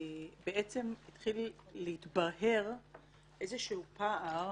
התחיל להתבהר איזה שהוא פער